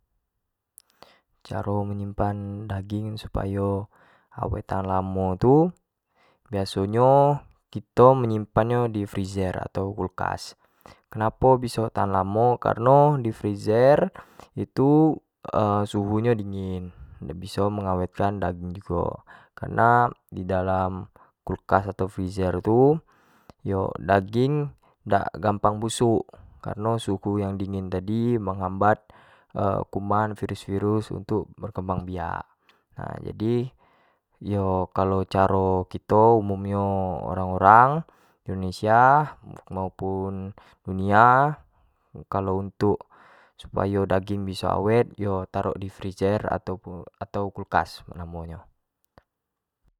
Caro menyimpan daging supayo awet tahan lamo tu, biaso nyo kito mneyimpan nyo di freezer atau kulkas, kenapo biso tahan lamo, kareno di freezer itu suhu nyo dingin biso mengawetkan daging jugo, karena di dalam kulkas atau freezer tu yo daging dak gampang busuk kareno suhu yang dingin tadi menghambat kuman virus-visrus untuk berkembang biak, nah jadi kalua yo caro kito umum nyo orang-otang indonesia maupun dunia kalo untuk supayisupayo daging biso awet, yo tarok di freezer atau kulkas apo namo nyo